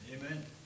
Amen